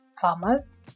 farmers